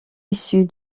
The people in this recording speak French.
issu